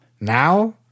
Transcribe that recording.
Now